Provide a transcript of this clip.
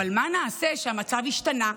אבל מה נעשה שהמצב השתנה?